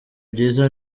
byiza